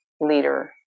leader